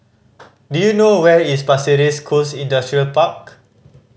do you know where is Pasir Ris Coast Industrial Park